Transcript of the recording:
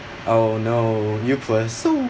oh no you first so